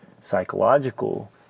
psychological